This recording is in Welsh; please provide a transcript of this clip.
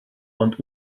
ond